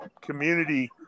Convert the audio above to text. community